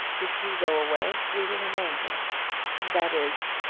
if you go away, we will remain here that is,